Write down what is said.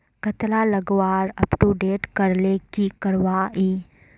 कतला लगवार अपटूडेट करले की करवा ई?